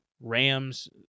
Rams